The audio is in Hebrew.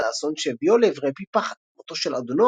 האסון שהביאו לעברי פי פחת מותו של אדונו,